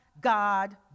God